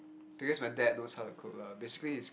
because my dad knows how to cook lah basically is